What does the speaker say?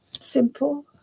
simple